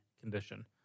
condition